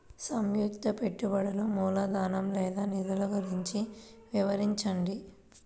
సంయుక్త పెట్టుబడులు మూలధనం లేదా నిధులు గురించి వివరించండి?